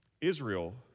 Israel